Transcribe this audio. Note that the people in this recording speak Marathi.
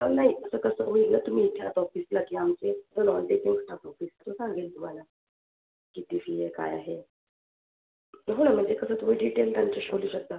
नाही असं कसं होईल तुम्ही इथे या ऑफिसला आमच्या इथं स्टाफ असतो तो सांगेल तुम्हाला किती फी आहे काय आहे बघू ना म्हणजे कसं तुम्ही डिटेल त्यांच्याशी बोलू शकता